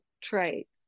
traits